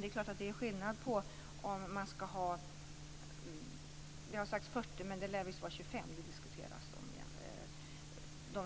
Det är klart att det är skillnad på om det är 40 anställda, som det har sagts, eller 25, som lär vara det som diskuterats,